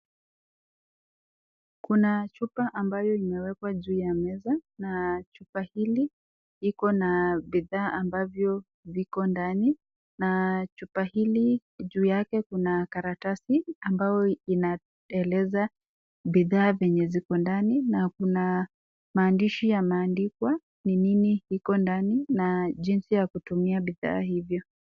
Kuna chupa ambayo imewekwa juu ya meza na chupa hili iko na bidhaa ambavyo viko ndani na chupa hili juu yake kuna karatasi ambayo inaeleza bidhaa venye ziko ndani na kuna maandishi yameandikwa nini iko ndani na jinsi ya kutumia bidhaa hivyo.